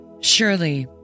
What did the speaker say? Surely